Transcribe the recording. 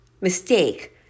mistake